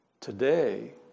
Today